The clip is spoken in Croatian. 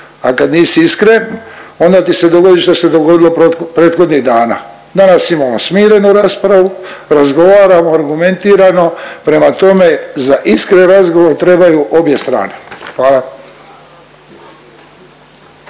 a kad nisi iskren onda ti se dogodi što se dogodilo prethodnih dana. Danas imamo smirenu raspravu, razgovaramo argumentirano, prema tome za iskren razgovor trebaju obje strane, hvala.